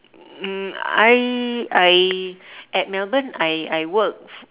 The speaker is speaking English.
um I I at melbourne I I work